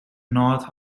north